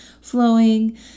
flowing